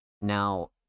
Now